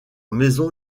maison